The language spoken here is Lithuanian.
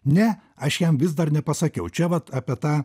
ne aš jam vis dar nepasakiau čia vat apie tą